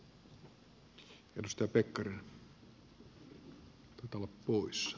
arvoisa herra puhemies